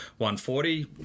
140